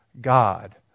God